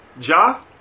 Ja